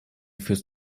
führst